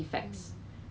primary school